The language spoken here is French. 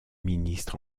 ministre